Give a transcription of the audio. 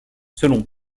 selon